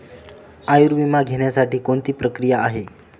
आयुर्विमा घेण्यासाठी कोणती प्रक्रिया आहे?